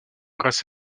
grâce